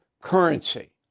currency